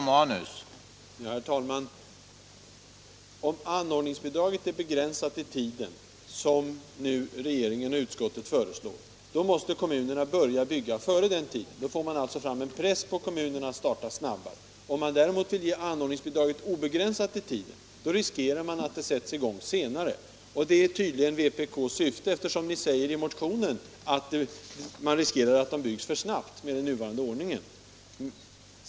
Herr talman! Om anordningsbidraget är begränsat i tiden, som nu regeringen och utskottet föreslår att det skall vara, måste kommunerna börja bygga innan den tiden utgår. Då får man en press på kommunerna att starta utbyggnaden snabbare. Om däremot anordningsbidraget kommer att beviljas under nära nog obegränsad tid, riskerar man att utbyggnaden sätter i gång senare. Det är tydligen också vpk:s syfte, eftersom ni i motionen skriver att man riskerar att daghemsplatserna kommer att byggas ut för snabbt med den nuvarande ordningen.